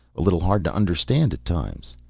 a little hard to understand at times.